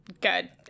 good